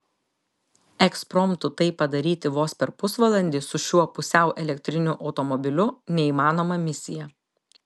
ekspromtu tai padaryti vos per pusvalandį su šiuo pusiau elektriniu automobiliu neįmanoma misija